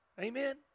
Amen